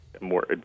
more